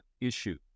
issue